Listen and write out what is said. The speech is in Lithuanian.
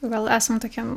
gal esam tokiam